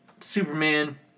Superman